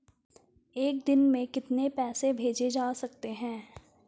एक दिन में कितने पैसे भेजे जा सकते हैं?